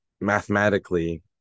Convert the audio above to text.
mathematically